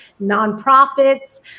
nonprofits